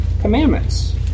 commandments